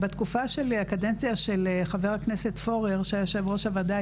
בתקופת הקדנציה של חה"כ פורר כיושב-ראש הוועדה,